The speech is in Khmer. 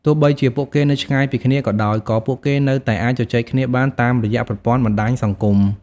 ទោះបីជាពួកគេនៅឆ្ងាយពីគ្នាក៏ដោយ ក៏ពួកគេនៅតែអាចជជែកគ្នាបានតាមរយៈប្រព័ន្ធបណ្ដាញសង្គម។